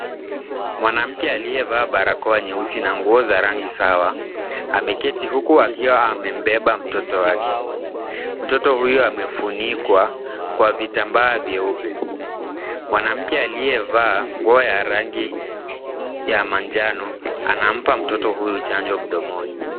Mwanamke aliyevaa barakoa nyeusi na nguo za rangi sawa, ameketi huku akiwa amembeba mtoto wake. Mtoto huyo amefunikwa, kwa vitambaa vyeupe. Mwanamke aliyevaa nguo ya rangi ya manjano anaampa mtoto huyu chanjo mdomoni.